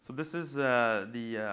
this is the